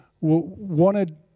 wanted